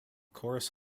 chorus